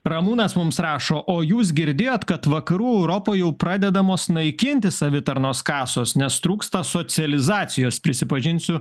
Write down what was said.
ramūnas mums rašo o jūs girdėjot kad vakarų europoje jau pradedamos naikinti savitarnos kasos nes trūksta socializacijos prisipažinsiu